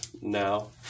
now